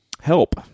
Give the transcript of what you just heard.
Help